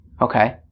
Okay